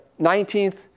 19th